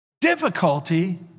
difficulty